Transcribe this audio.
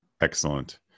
excellent